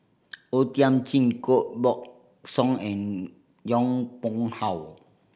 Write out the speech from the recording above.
O Thiam Chin Koh Buck Song and Yong Pung How